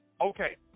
Okay